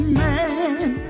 man